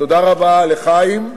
תודה רבה לחיים,